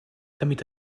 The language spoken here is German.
damit